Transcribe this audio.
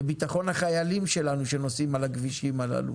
וביטחון על החיילים שלנו שנוסעים על הכבישים הללו.